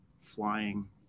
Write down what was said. Flying